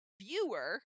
viewer